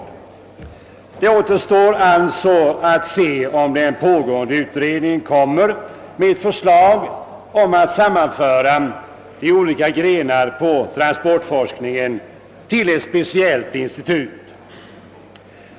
Det återstår alltså att se om den pågående utredningen framlägger förslag om ett sammanförande av de olika grenarna ingm transportforskningen till ett speciellt institut.